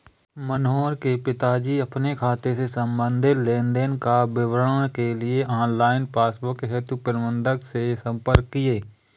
मनोहर के पिताजी अपने खाते से संबंधित लेन देन का विवरण के लिए ऑनलाइन पासबुक हेतु प्रबंधक से संपर्क किए